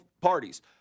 parties